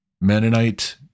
Mennonite